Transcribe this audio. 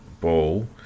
ball